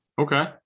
Okay